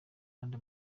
n’andi